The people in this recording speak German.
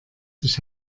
sich